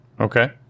Okay